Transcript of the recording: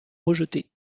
rejeter